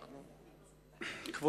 בסדר,